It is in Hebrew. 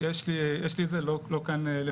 נכון, יש לי את זה לא כאן לפני.